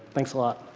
thanks a lot.